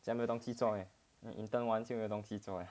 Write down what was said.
现在没有东西做 meh intern 完就没有东西做 meh